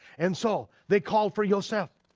and so they called for yoseph,